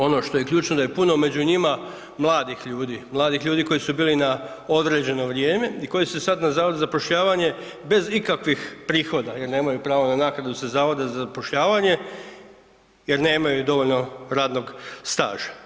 Ono što je ključno da je puno među njima mladih ljudi, mladih ljudi koji su bili na određeno vrijeme i koji su sada na Zavodu za zapošljavanje bez ikakvih prihoda jer nemaju pravo na naknadu sa Zavoda za zapošljavanje jer nemaju dovoljno radnog staža.